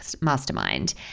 mastermind